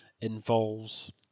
involves